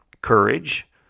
courage